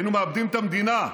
היינו מאבדים את המדינה,